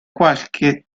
qualche